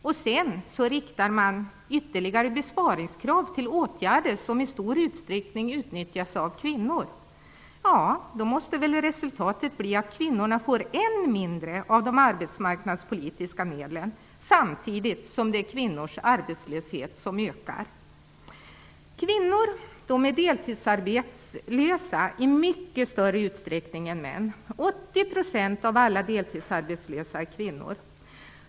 Vidare riktar man ytterligare besparingskrav mot åtgärder som i stor utsträckning utnyttjas av kvinnor. Ja, då måste väl resultatet bli att kvinnorna får ännu mindre av de arbetsmarknadspolitiska medlen, samtidigt som det är kvinnors arbetslöshet som ökar. Kvinnor är deltidsarbetslösa i mycket större utsträckning än män. 80 % av alla deltidsarbetslösa är nämligen kvinnor.